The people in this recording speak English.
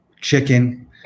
chicken